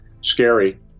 scary